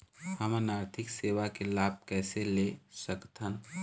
हमन आरथिक सेवा के लाभ कैसे ले सकथन?